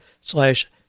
slash